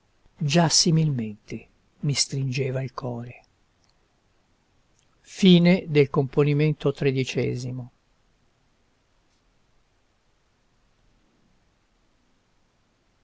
già similmente mi stringeva il core o